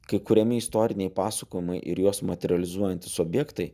kai kuriami istoriniai pasakojimai ir juos materializuojantys objektai